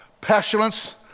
pestilence